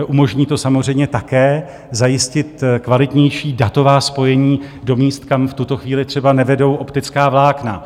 Umožní to samozřejmě také zajistit kvalitnější datová spojení do míst, kam v tuto chvíli třeba nevedou optická vlákna.